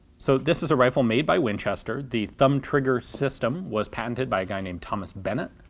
so this is a rifle made by winchester the thumb trigger system was patented by a guy named thomas bennett,